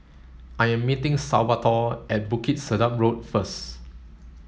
I am meeting Salvatore at Bukit Sedap Road first